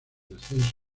descenso